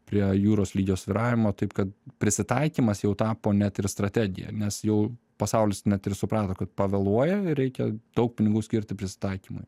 prie jūros lygio svyravimo taip kad prisitaikymas jau tapo net ir strategija nes jau pasaulis net ir suprato kad pavėluoja ir reikia daug pinigų skirti prisitaikymui